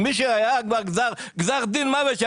מי שהיה לו כבר גזר דין מוות,